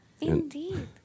indeed